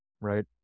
right